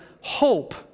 hope